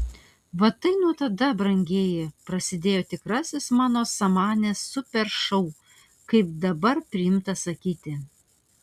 va tai nuo tada brangieji prasidėjo tikrasis mano samanės super šou kaip dabar priimta sakyti